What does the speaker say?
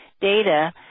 data